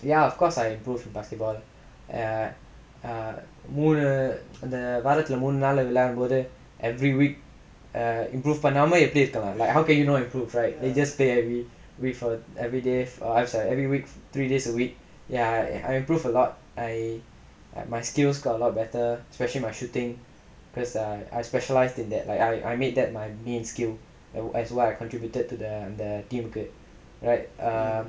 ya of course I improved my basketball err err மூணு அந்த வாரத்துல மூணு நாள் விளாடும்போது:moonu antha vaarathula moonu naal vilaadumpothu every week err improve பண்ணாம எப்டி இருக்கவே:pannaama epdi irukkavae how can you know improve right you just play every~ everyday perharps every week three days a week ya and I improved a lot I my skills are a lot better especially my shooting cause I I specialise in that like I made that my main skill and that's why I contributed to the அந்த:antha team right err